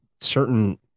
certain